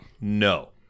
No